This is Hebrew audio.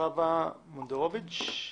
חוה מונדרוביץ',